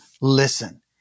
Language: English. listen